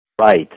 Right